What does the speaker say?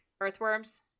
earthworms